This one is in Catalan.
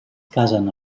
casen